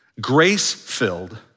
grace-filled